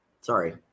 Sorry